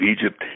Egypt